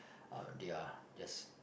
uh they are theirs